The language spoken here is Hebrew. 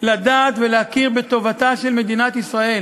לדעת ולהכיר בטובתה של מדינת ישראל.